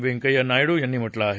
वेंकय्या नायडू यांनी म्हटलं आहे